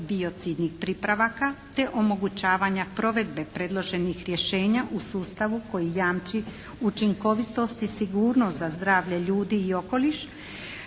biocidnih pripravaka te omogućavanja provedbe predloženih rješenja u sustavu koji jamči učinkovitost i sigurnost za zdravlje ljudi i okoliš